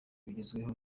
bigezweho